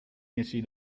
mesi